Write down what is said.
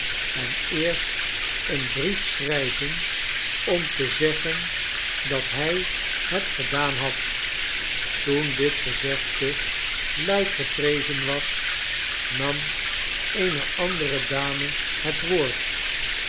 en eerst een brief schrijven om te zeggen dat hij het gedaan had toen dit gezegde luid geprezen was nam eene andere dame het woord